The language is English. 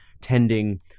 tending